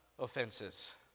Offenses